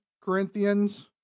Corinthians